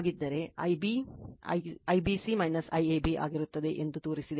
Ib IBC IAB ಆಗಿರುತ್ತದೆ ಎಂದು ತೋರಿಸಿದೆ